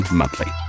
monthly